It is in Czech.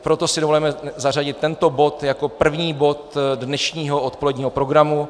Proto si dovolujeme zařadit tento bod jako první bod dnešního odpoledního programu.